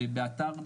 באתר,